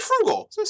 frugal